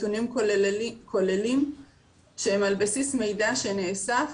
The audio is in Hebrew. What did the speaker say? נתונים כוללים שהם על בסיס מידע שנאסף